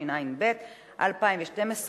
התשע"ב 2012,